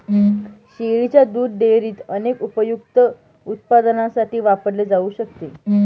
शेळीच्या दुध डेअरीत अनेक उपयुक्त उत्पादनांसाठी वापरले जाऊ शकते